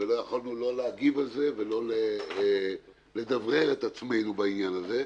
ולא יכולנו לא להגיב על זה ולא לדברר את עצמנו בעניין הזה.